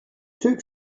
took